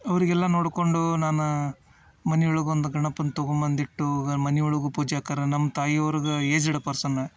ಅವ್ರಿಗೆಲ್ಲ ನೋಡ್ಕೊಂಡು ನಾನು ಮನೆ ಒಳಗೆ ಒಂದು ಗಣಪನ ತಗೊಂಬಂದು ಇಟ್ಟು ಗ ಮನೆ ಒಳಗು ಪೂಜೆ ಅಕ್ಕರ ನಮ್ಮ ತಾಯಿ ಅವ್ರ್ಗೆ ಏಜಡ್ ಪರ್ಸನ್